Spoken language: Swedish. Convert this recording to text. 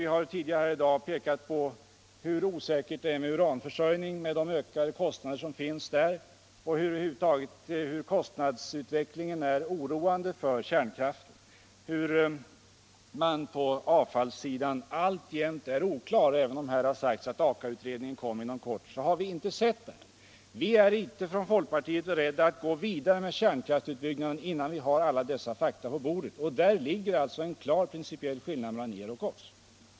Vi har tidigare här i dag hört hur osäkert det är med uranförsörjningen och de därtill hörande höga kostnaderna och hur kostnadsutvecklingen över huvud taget är oroande för kärnkraften. På avfallssidan är det alltjämt oklart. Även om här har sagts att Aka-utredningen kommer inom kort har vi ännu inte sett den. Inom folkpartiet är vi inte beredda att gå vidare med kärnkraftsutbyggnaden innan vi har alla dessa fakta på bordet. Där ligger alltså en klar skillnad mellan er och oss.